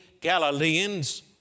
Galileans